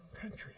country